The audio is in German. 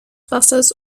wassers